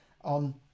on